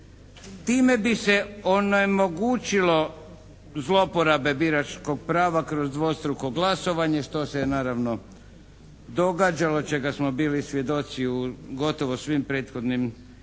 Time bi se onemogućilo zloporabe biračkog prava kroz dvostruko glasovanje što se naravno događalo, čega smo bili svjedoci u gotovo svim prethodnim izborima